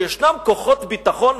שישנם כוחות ביטחון,